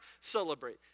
celebrate